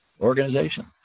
organization